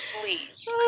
Please